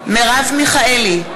מיכאלי,